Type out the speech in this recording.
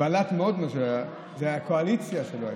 בלט מאוד מי שלא היה, זה הקואליציה שלא הייתה.